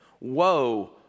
Woe